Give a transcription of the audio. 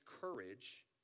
courage